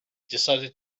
decided